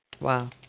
Wow